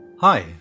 Hi